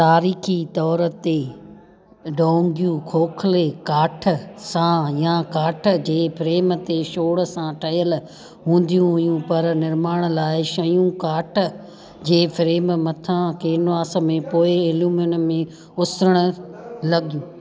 तारीख़ी तौर ते डोंगियूं खोखले काठ सां या काठ जे फ्रेम ते छोड़ सां ठहियलु हूंदियूं हुयूं पर निर्माण लाए शयूं काठ जे फ्रेम मथां केनवास में पोइ एल्यूमीनियम में उसिरणु लॻियूं